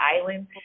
island